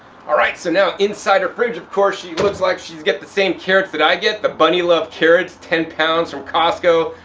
alright so now inside her fridge of course she looks like she's getting the same carrots that i get, the bunny-luv carrots, ten pounds from costco,